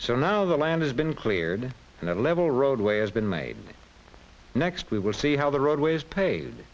so now the land has been cleared and a level roadway has been made next we will see how the roadways paid